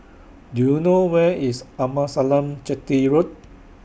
Do YOU know Where IS Amasalam Chetty Road